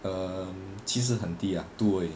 um 其实很低 ah two 而已